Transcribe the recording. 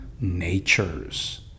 natures